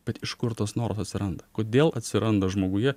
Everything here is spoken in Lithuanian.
bet iš kur tas noras atsiranda kodėl atsiranda žmoguje